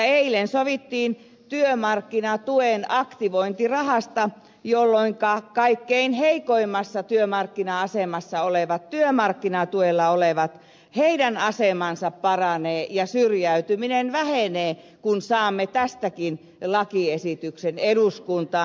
eilen sovittiin työmarkkinatuen aktivointirahasta jolloinka kaikkein heikoimmassa työmarkkina asemassa olevien työmarkkinatuella olevien asema paranee ja syrjäytyminen vähenee kun saamme tästäkin lakiesityksen eduskuntaan